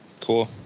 cool